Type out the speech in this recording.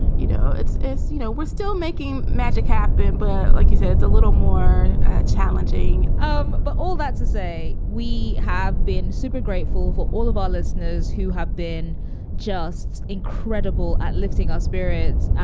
you know, it's it's you know, we're still making magic happen. but like you said, it's a little more challenging um but all that to say, we have been super grateful for all of our listeners who have been just incredible at lifting our spirits,